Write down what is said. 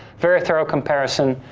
very thorough comparison,